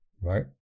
right